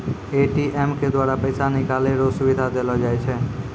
ATM के द्वारा पैसा निकालै रो सुविधा देलो जाय छै